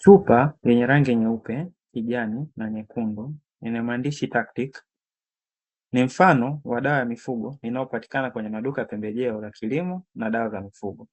Chupa yenye rangi nyeupe, kijani na nyekundu, yenye maandishi "Takitic". Ni mfano wa dawa ya mifugo, inayopatikana kwenye maduka ya pembejeo za kilimo na dawa za mifugo.